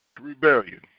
Rebellion